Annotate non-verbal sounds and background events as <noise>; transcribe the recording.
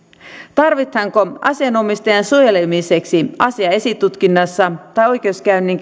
tarvitaanko asianomistajan suojelemiseksi asian esitutkinnassa tai oikeudenkäynnin <unintelligible>